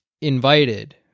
invited